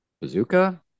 bazooka